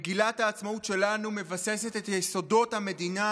מגילת העצמאות שלנו מבססת את יסודות המדינה